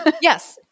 Yes